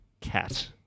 cat